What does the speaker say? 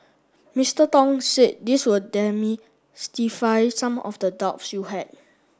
Mister Tong said this will demystify some of the doubts you had